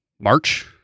March